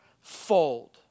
fold